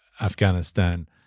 Afghanistan